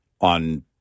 on